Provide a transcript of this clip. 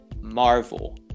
Marvel